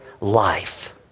life